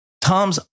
Tom's